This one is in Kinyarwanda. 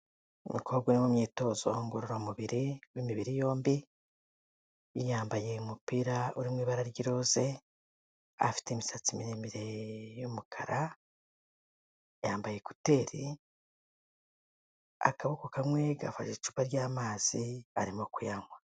Umukobwa uri mu myitozo ngororamubiri w'imibiri yombi yambaye umupira uri mu ibara ry'iroze afite imisatsi miremire y'umukara, yambaye kuteri akaboko kamwe gafashe icupa ry'amazi arimo kuyanywa.